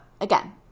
again